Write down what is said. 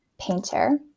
painter